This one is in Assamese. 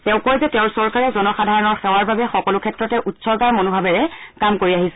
তেওঁ কয় যে তেওঁৰ চৰকাৰে জনসাধাৰণৰ সেৱাৰ বাবে সকলো ক্ষেত্ৰতে উৎসৰ্গৰি মনোভাৱেৰে কাম কৰি আহিছে